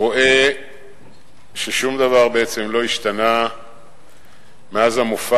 רואה ששום דבר בעצם לא השתנה מאז המופע